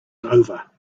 over